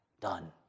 done